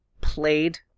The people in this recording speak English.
played